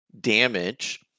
damage